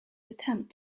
attempt